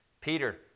Peter